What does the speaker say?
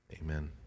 Amen